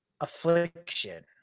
affliction